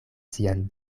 sian